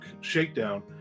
Shakedown